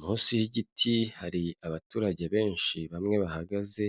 Munsi y'igiti hari abaturage benshi bamwe bahagaze